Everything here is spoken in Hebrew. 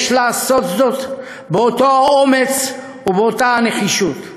יש לעשות זאת באותו האומץ ובאותה נחישות.